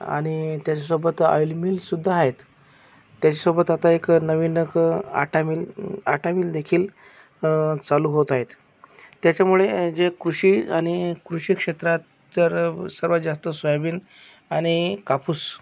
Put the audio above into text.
आणि त्याच्यासोबत ऑइल मिलसुद्धा आहेत त्याच्यसोबत आता एक नवीन एक आटा मिल आटा मिलदेखील चालू होत आहेत त्याच्यामुळे जे कृषी आणि कृषी क्षेत्रात तर सर्वात जास्त सोयाबीन आणि कापूस